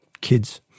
kids